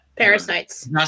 Parasites